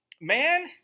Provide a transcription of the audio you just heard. Man